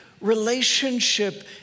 relationship